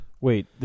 Wait